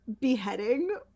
beheading